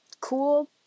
cool